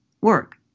work